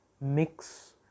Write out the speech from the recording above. mix